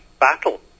battle